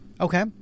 Okay